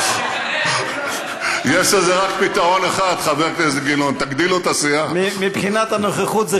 עשר דקות דיברת